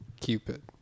Cupid